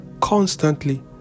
constantly